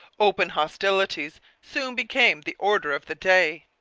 open hostilities soon became the order of the day.